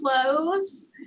clothes